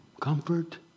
comfort